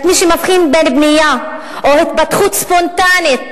רק מי שמבחין בין בנייה או התפתחות ספונטנית